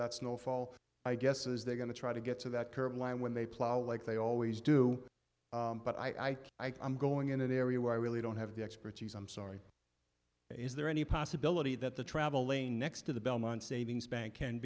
that snow fall i guess is they're going to try to get to that curved line when they plow like they always do but i i i'm going in an area where i really don't have the expertise i'm sorry is there any possibility that the travel lane next to the belmont savings bank can